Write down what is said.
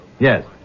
Yes